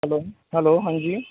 hello hello ہاں جی